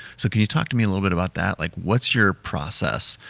so can you talk to me a little bit about that? like, what's your process?